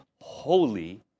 holy